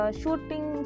shooting